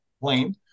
plane